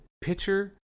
pitcher